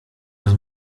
roz